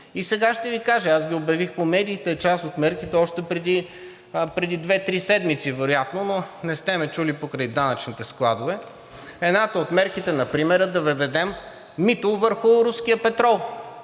И сега ще Ви кажа, аз обявих по медиите част от мерките още преди две-три седмици вероятно, но не сте ме чули покрай данъчните складове. Едната от мерките например е да въведем мито върху руския петрол.